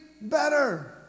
better